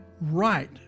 right